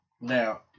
now